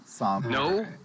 No